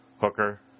Hooker